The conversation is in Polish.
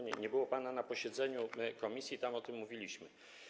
Nie było pana na posiedzeniu komisji, a tam o tym mówiliśmy.